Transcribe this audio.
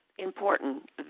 Important